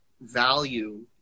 value